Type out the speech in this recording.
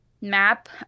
map